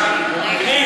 פנים,